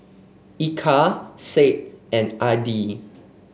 Eka Said and Adi